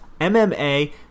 MMA